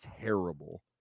terrible